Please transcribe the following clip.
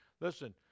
Listen